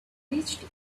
reached